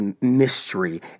mystery